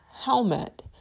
helmet